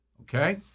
Okay